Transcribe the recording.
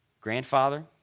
grandfather